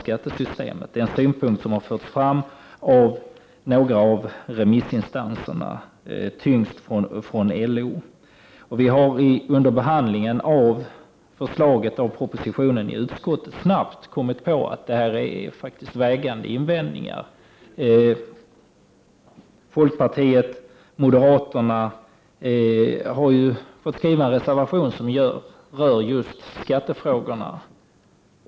Det är en synpunkt som har förts fram av några av remissinstanserna, tyngst från LO, och vi har under behandlingen av propositionsförslaget i utskottet snabbt kommit på att detta faktiskt är vägande invändningar. Folkpartiet och moderaterna har ju fått skriva en reservation som rör just skattefrågorna.